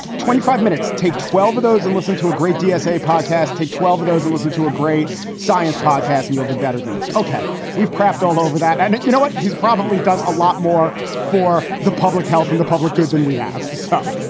twenty five minutes. take twelve of those and listen to a great dsa podcast. take twelve of those and listen to a great science podcast and you'll do better than this. ok, we've crapped all over that. and you know what? he's probably done a lot more for the public health and the public good than we have. so,